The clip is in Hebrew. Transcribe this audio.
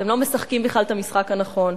אתם לא משחקים בכלל את המשחק הנכון.